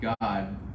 God